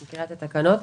אני קוראת את התקנות.